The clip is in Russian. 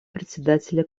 председателя